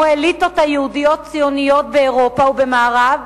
אליטות יהודיות ציוניות באירופה ובמערב,